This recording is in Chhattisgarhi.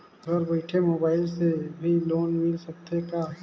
घर बइठे मोबाईल से भी लोन मिल सकथे का?